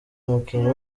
umukinnyi